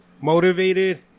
motivated